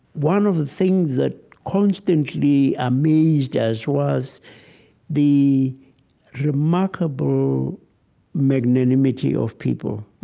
one of the things that constantly amazed us was the remarkable magnanimity of people.